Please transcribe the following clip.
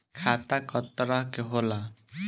खाता क तरह के होला?